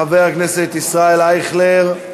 חבר הכנסת ישראל אייכלר,